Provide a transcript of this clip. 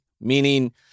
meaning